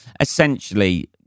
essentially